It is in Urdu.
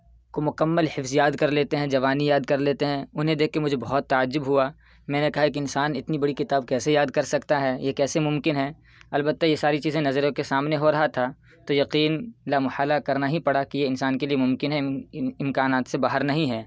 کو مکمل حفظ یاد کر لیتے ہیں زبانی یاد کر لیتے ہیں انہیں دیکھ کے مجھے بہت تعجب ہوا میں نے کہا ایک انسان اتنی بڑی کتاب کیسے یاد کر سکتا ہے یہ کیسی ممکن ہے البتہ یہ ساری چیزیں نظروں کے سامنے ہو رہا تھا تو یقین لامحالہ کرنا ہی پڑا کہ انسان کے لیے ممکن ہے امکانات سے باہر نہیں ہے